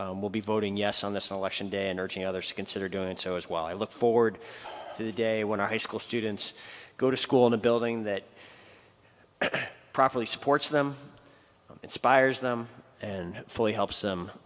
will be voting yes on this election day and urging others to consider doing so as well i look forward to the day when our high school students go to school in a building that properly supports them inspires them and fully helps them